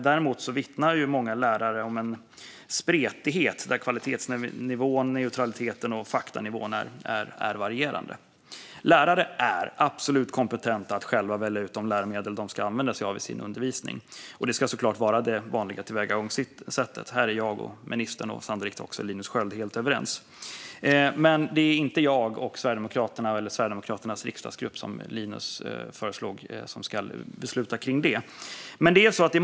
Däremot vittnar många lärare om en spretighet, att kvalitetsnivån, neutraliteten och faktanivån är varierande. Lärare är absolut kompetenta att själva välja ut de läromedel de ska använda sig av i sin undervisning, och det ska såklart vara det vanliga tillvägagångssättet. Här är jag, ministern och sannolikt också Linus Sköld helt överens. Det är inte, som Linus föreslog, jag och Sverigedemokraternas riksdagsgrupp som ska besluta om det.